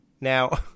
Now